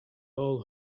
all